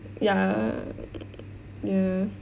ya ya